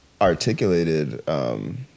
articulated